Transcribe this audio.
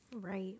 Right